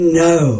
no